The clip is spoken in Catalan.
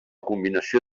combinació